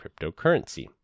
cryptocurrency